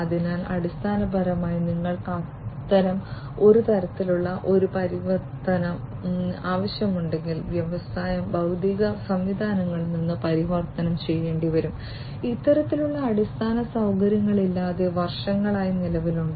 അതിനാൽ അടിസ്ഥാനപരമായി നിങ്ങൾക്ക് അത്തരം ഒരു തരത്തിലുള്ള ഒരു പരിവർത്തനം ആവശ്യമുണ്ടെങ്കിൽ വ്യവസായങ്ങൾ ഭൌതിക സംവിധാനങ്ങളിൽ നിന്ന് പരിവർത്തനം ചെയ്യേണ്ടിവരും ഇത്തരത്തിലുള്ള അടിസ്ഥാന സൌകര്യങ്ങളില്ലാതെ വർഷങ്ങളായി നിലവിലുണ്ട്